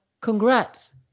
congrats